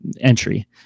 entry